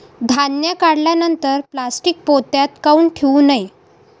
धान्य काढल्यानंतर प्लॅस्टीक पोत्यात काऊन ठेवू नये?